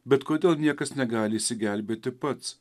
bet kodėl niekas negali išsigelbėti pats